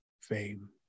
fame